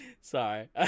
sorry